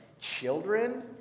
Children